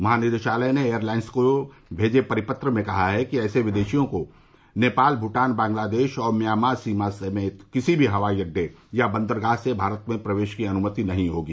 महानिदेशालय ने एयरलाइंस को भेजे परिपत्र में कहा है कि ऐसे विदेशियों को नेपाल भूटान बांग्लादेश और म्यांमा सीमा समेत किसी भी हवाई अड्डे या बंदरगाह से भारत में प्रवेश की अनुमति नहीं होगी